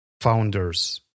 founders